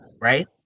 right